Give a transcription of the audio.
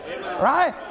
Right